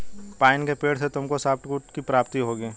pine के पेड़ से तुमको सॉफ्टवुड की प्राप्ति होगी